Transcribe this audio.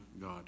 God